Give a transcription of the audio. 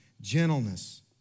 gentleness